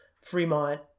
Fremont